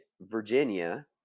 Virginia